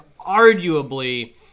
arguably